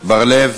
בר-לב,